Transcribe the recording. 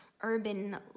urban